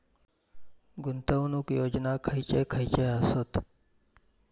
गुंतवणूक योजना खयचे खयचे आसत?